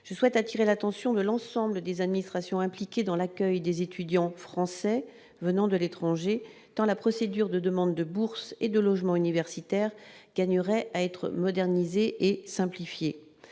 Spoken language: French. je souhaite attirer l'attention de l'ensemble des administrations impliquées dans l'accueil des étudiants français venant de l'étranger dans la procédure de demande de bourse et de logements universitaires gagnerait à être modernisé et simplifier